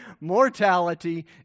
mortality